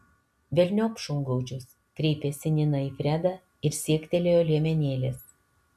velniop šungaudžius kreipėsi nina į fredą ir siektelėjo liemenėlės